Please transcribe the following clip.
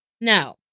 No